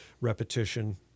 repetition